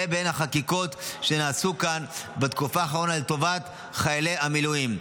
זה בין החקיקות שנעשו כאן בתקופה האחרונה לטובת חיילי המילואים.